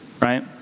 Right